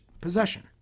possession